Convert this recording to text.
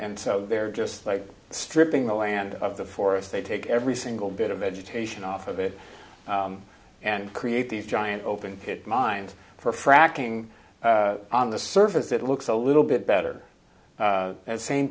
and so they're just like stripping the land of the forest they take every single bit of vegetation off of it and create these giant open pit mind for fracking on the surface it looks a little bit better as same